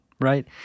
right